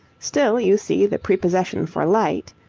still you see the prepossession for light,